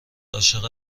عاشق